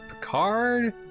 Picard